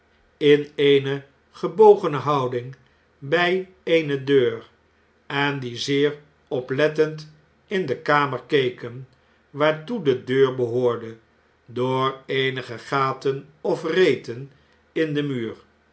in eene gebogene houding bij eene deur en die zeer oplettend in de kamer keken waartoe dedeur behoorde door eenige gaten of reten in den muur